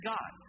God